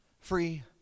free